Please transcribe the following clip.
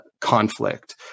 conflict